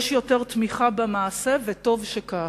יש יותר תמיכה במעשה, וטוב שכך,